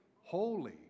Holy